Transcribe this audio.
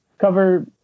cover